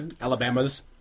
Alabama's